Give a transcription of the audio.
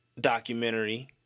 documentary